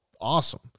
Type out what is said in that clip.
awesome